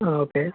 ആ ഓക്കെ